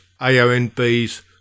AONBs